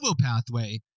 pathway